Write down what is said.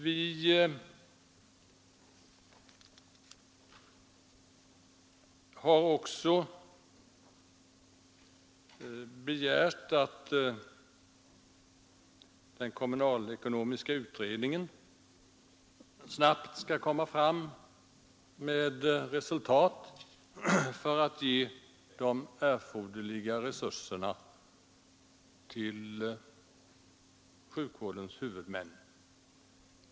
Vi har också begärt att den kommunalekonomiska utredningen snabbt skall komma med resultat då det gäller att ge de erforderliga resurserna till sjukvårdens huvudmän.